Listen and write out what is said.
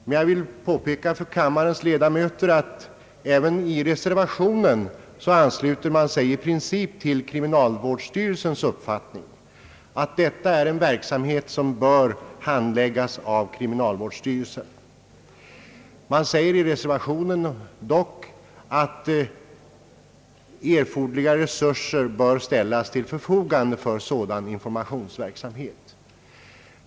Men jag vill för kammarens ledamöter påpeka, att även reservanterna ansluter sig i princip = till kriminalvårdsstyrelsens uppfattning att det här är fråga om en verksamhet som bör skötas av kriminalvårdsstyrelsen. Det säges dock i reservationen, att erforderliga resurser bör ställas till förfogande för sådan informationsverksamhet.